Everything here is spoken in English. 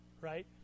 right